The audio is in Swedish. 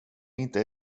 inte